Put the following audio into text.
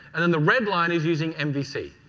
and and the red line is using mvc.